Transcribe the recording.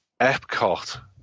Epcot